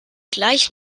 gleich